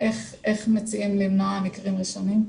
איך מציעים למנוע מקרים ראשונים?